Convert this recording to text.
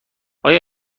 آیا